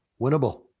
winnable